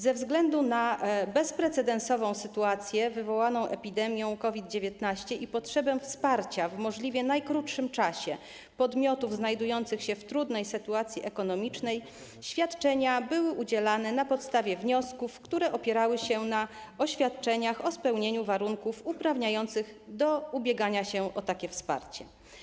Ze względu na bezprecedensową sytuację wywołaną epidemią COVID-19 i potrzebę wsparcia w możliwie najkrótszym czasie podmiotów znajdujących się w trudnej sytuacji ekonomicznej świadczenia były udzielane na podstawie wniosków, które opierały się na oświadczeniach o spełnieniu warunków uprawniających do ubiegania się o takie wsparcie.